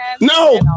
No